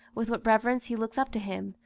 with what reverence he looks up to him,